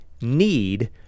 need